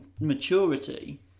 maturity